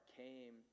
came